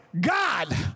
God